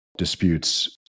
disputes